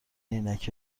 عینک